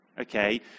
okay